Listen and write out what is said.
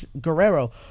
Guerrero